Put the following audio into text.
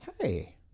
hey